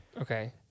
Okay